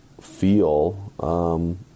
feel